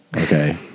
okay